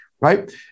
right